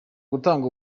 gutanga